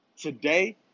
today